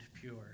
pure